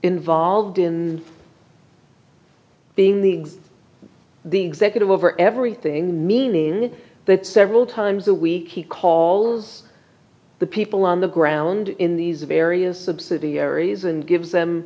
involved in being the the executive over everything meaning that several times a week he calls the people on the ground in these various subsidiaries and gives them